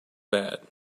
bad